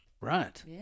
Right